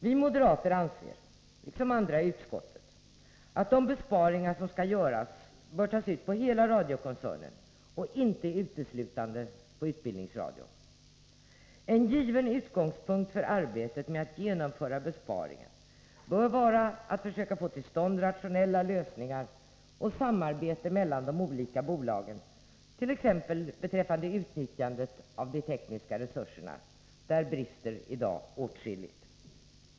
Vi moderater, liksom andra i utskottet, anser att de besparingar som skall göras bör tas ut på hela radiokoncernen och inte uteslutande på utbildningsradion. En given utgångspunkt för arbetet med att genomföra besparingen bör vara att söka få till stånd rationella lösningar och samarbete mellan de olika bolagen, t.ex. beträffande utnyttjandet av de tekniska resurserna — där brister det f. n. åtskilligt.